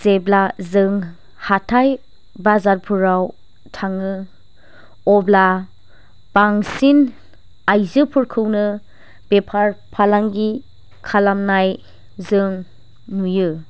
जेब्ला जों हाथाइ बाजारफोराव थाङो अब्ला बांसिन आइजोफोरखौनो बेफार फालाांग खालामनाय जों नुयो